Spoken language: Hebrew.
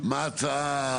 מה ההצעה